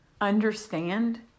understand